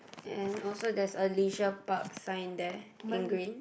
and also there's a leisure park sign there in green